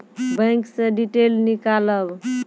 Bank से detail नीकालव?